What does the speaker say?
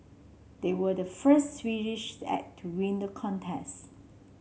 they were the first Swedish act to win the contest